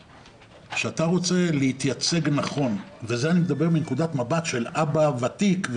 כשאתה רוצה להתייצג נכון וכאן אני מדבר מנקודת מבט של אבא ותיק,